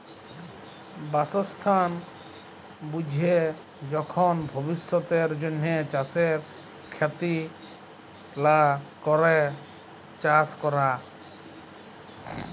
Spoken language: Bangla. বাসস্থাল বুইঝে যখল ভবিষ্যতের জ্যনহে চাষের খ্যতি লা ক্যরে চাষ ক্যরা